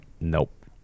Nope